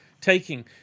taking